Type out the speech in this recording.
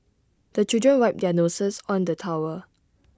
the children wipe their noses on the towel